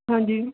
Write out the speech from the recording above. ਹਾਂਜੀ